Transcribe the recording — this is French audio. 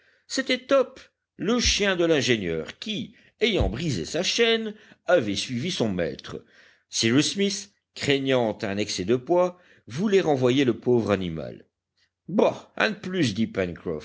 c'était top le chien de l'ingénieur qui ayant brisé sa chaîne avait suivi son maître cyrus smith craignant un excès de poids voulait renvoyer le pauvre animal bah un de plus dit